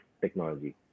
technology